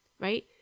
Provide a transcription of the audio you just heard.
right